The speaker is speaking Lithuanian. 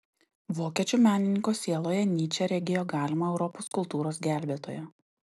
vokiečių menininko sieloje nyčė regėjo galimą europos kultūros gelbėtoją